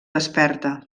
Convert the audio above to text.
desperta